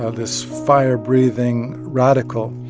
ah this fire-breathing radical.